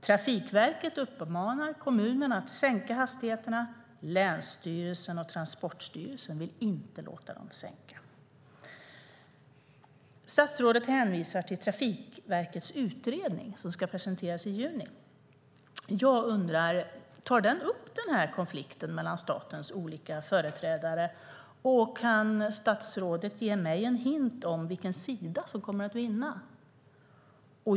Trafikverket uppmanar kommunerna att sänka hastigheterna, men länsstyrelserna och Transportstyrelsen vill inte låta dem sänka dem. Statsrådet hänvisar till Trafikverkets utredning, som ska presenteras i juni. Tar den upp konflikten mellan statens olika företrädare? Kan statsrådet ge mig en hint om vilken sida som kommer att vinna?